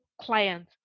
client